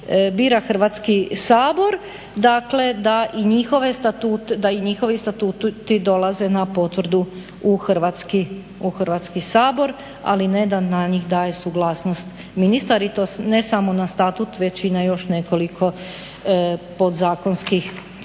biraju Hrvatski sabor, dakle da i njihovi statuti dolaze na potvrdu u Hrvatski sabor, ali ne da na njih daje suglasnost ministar i to ne samo na statut već i na još nekoliko podzakonskih